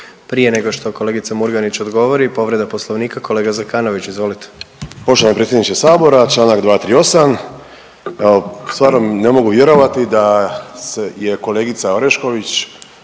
Prije nego što kolegica Murganić odgovori, povreda Poslovnika, kolega Zekanović, izvolite. **Zekanović, Hrvoje (HDS)** Poštovani predsjedniče Sabora, čl. 238. Evo, stvarno ne mogu vjerovati da se je kolegica Orešković